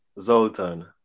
Zoltan